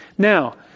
Now